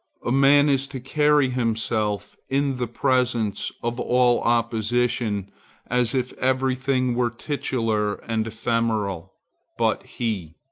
a man is to carry himself in the presence of all opposition as if every thing were titular and ephemeral but he.